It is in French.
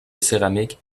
céramique